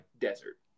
desert